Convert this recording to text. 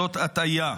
זאת הטעיה.